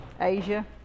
Asia